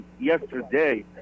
yesterday